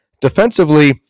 defensively